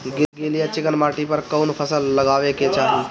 गील या चिकन माटी पर कउन फसल लगावे के चाही?